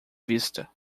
vista